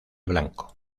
blanco